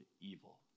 evil